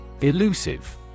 Elusive